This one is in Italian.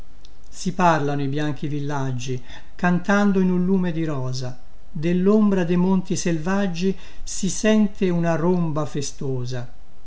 si parlano i bianchi villaggi cantando in un lume di rosa dallombra de monti selvaggi si sente una romba festosa